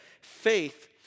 faith